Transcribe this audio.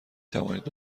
توانید